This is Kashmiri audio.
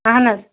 اَہن حظ